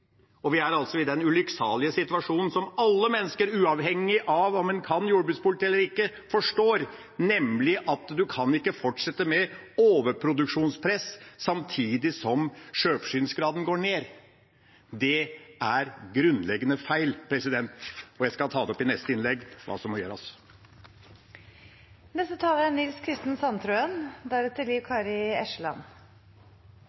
vi. Vi er altså i den ulykksalige situasjonen, som alle mennesker – uavhengig av om man kan jordbrukspolitikk eller ikke – forstår, nemlig at man kan ikke fortsette med overproduksjonspress samtidig som sjølforsyningsgraden går ned. Det er grunnleggende feil, og jeg skal ta opp i neste innlegg hva som må gjøres. Når jeg lytter til debatten, er